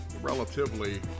relatively